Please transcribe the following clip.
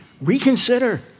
reconsider